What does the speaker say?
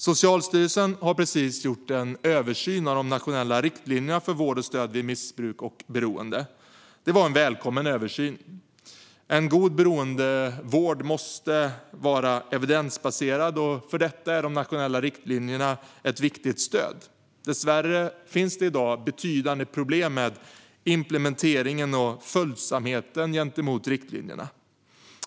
Socialstyrelsen har nyligen gjort en översyn av de nationella riktlinjerna för vård och stöd vid missbruk och beroende. Det var en välkommen översyn. En god beroendevård måste vara evidensbaserad, och för detta är de nationella riktlinjerna ett viktigt stöd. Dessvärre finns i dag betydande problem med implementeringen och följsamheten gentemot riktlinjerna.